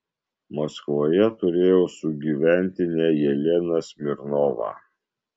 maskvoje turėjau sugyventinę jeleną smirnovą